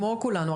כמו כולנו,